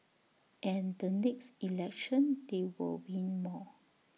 and the next election they will win more